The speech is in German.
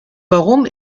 warum